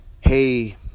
hey